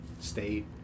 state